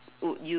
would you